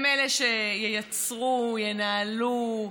הם אלה שייצרו, ינהלו,